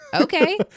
okay